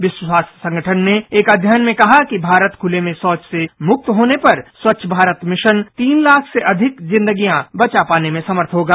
विश्व स्वास्थ्य संगठन ने एक अध्ययन में कहा कि भारत खुले में शौच से मुक्त होने पर स्वच्छ भारत मिशन तीन लाख से अधिक जिंदगियां बचा पाने में समर्थ होगा